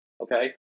okay